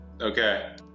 Okay